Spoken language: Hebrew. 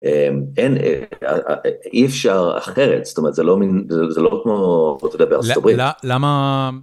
אין אי אפשר אחרת זאת אומרת זה לא מן זה לא כמו אתה יודע בארה"ב. למה...